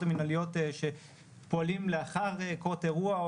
המנהליות שפועלים לאחר קרות אירוע,